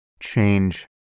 change